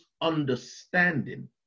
understanding